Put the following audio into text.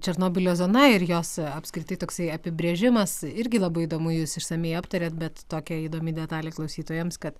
černobylio zona ir jos apskritai toksai apibrėžimas irgi labai įdomu jūs išsamiai aptarėt bet tokia įdomi detalė klausytojams kad